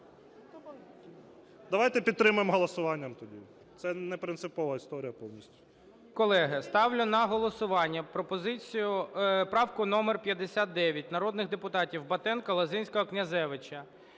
Давайте підтримаємо голосуванням тоді, це не принципова історія повністю.